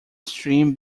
stream